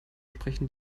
sprechen